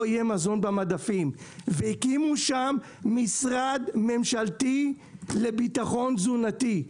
יהיה מזון במדפים והקימו שם משרד ממשלתי לביטחון תזונתי,